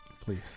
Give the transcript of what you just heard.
please